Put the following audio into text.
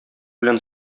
белән